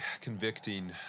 convicting